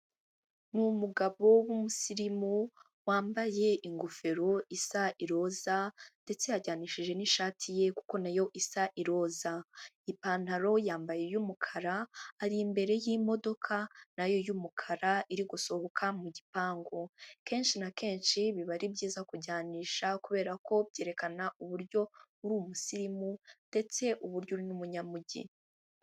Ni umugabo w'umusirimu wambaye ingofero isa iroza, ndetse yajyanishije n'ishati ye kuko nayo isa iroza, ipantaro yambaye iy'umukara, ari imbere y'imodoka n'ayo y'umukara iri gusohoka mu gipangu. Kenshi na kenshi biba ari byiza kujyanisha, kubera ko byerekana uburyo uri umusirimu ndetse uburyo uri n'umunyamujyi.